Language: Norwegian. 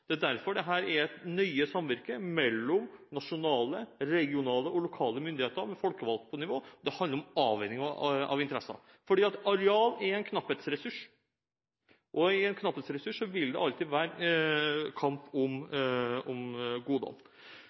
Det er derfor dette er et nøye samvirke mellom nasjonale, regionale og lokale myndigheter med folkevalgte på hvert nivå. Det handler om avveining av interesser. Areal er en knapphetsressurs, og rundt en knapphetsressurs vil det alltid være kamp om